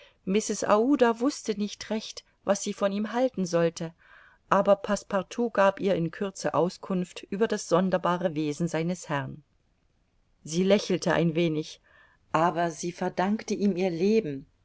wußte nicht recht was sie von ihm halten sollte aber passepartout gab ihr in kürze auskunft über das sonderbare wesen seines herrn sie lächelte ein wenig aber sie verdankte ihm ihr leben